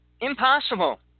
Impossible